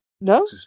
No